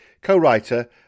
co-writer